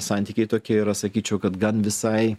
santykiai tokie yra sakyčiau kad gan visai